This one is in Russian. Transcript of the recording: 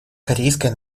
корейская